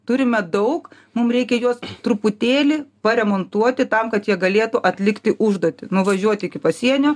turime daug mum reikia juos truputėlį paremontuoti tam kad jie galėtų atlikti užduotį nuvažiuot iki pasienio